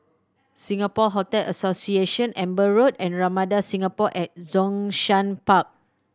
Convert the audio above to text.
Singapore Hotel Association Amber Road and Ramada Singapore at Zhongshan Park